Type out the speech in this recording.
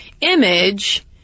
image